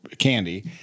Candy